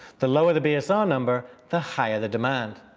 the lower the bsr number, the higher the demand.